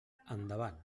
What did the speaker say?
endavant